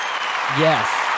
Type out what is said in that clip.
Yes